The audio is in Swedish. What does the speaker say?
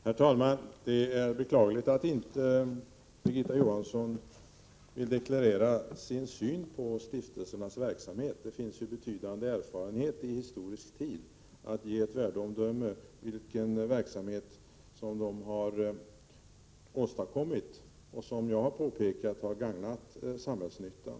Herr talman! Det är beklagligt att Birgitta Johansson inte vill deklarera sin syn på stiftelsernas verksamhet. Det finns ju i historisk tid betydande erfarenhet som kan ge ett värdeomdöme om vilket resultat de har åstadkommit. Som jag har påpekat har de gagnat samhällsnyttan.